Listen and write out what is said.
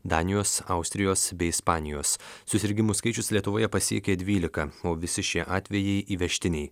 danijos austrijos bei ispanijos susirgimų skaičius lietuvoje pasiekė dvylika o visi šie atvejai įvežtiniai